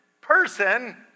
person